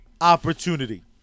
opportunity